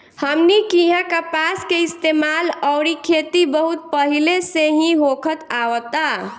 हमनी किहा कपास के इस्तेमाल अउरी खेती बहुत पहिले से ही होखत आवता